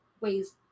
ways